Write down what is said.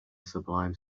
sublime